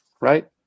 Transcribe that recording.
right